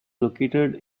located